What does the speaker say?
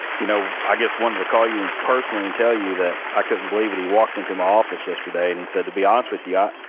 you know, i just wanted to call you and personally and tell you that i couldn't believe it. he walked into my office yesterday, and he said, to be honest with yeah